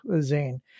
Zane